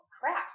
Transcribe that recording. crap